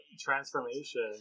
transformation